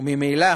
וממילא